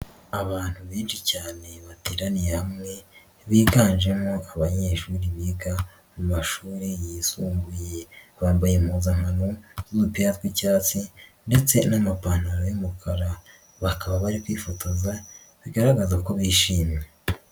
Abantu benshi cyane bateraniye hamwe, biganjemo abanyeshuri biga mu mashuri yisumbuye, bambaye impuzankano z'udupira tw'icyatsi ndetse n'amapantaro y'umukara, bakaba bari kwifotoza bigaragaza ko bishimye.